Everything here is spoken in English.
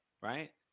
right